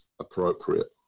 appropriate